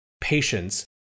patience